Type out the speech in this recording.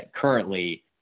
Currently